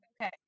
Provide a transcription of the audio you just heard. Okay